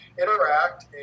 interact